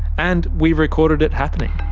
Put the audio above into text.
and we recorded it happening.